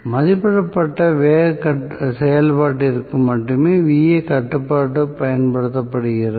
மதிப்பிடப்பட்ட வேக செயல்பாட்டிற்கு மட்டுமே Va கட்டுப்பாடு பயன்படுத்தப்படுகிறது